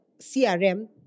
CRM